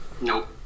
Nope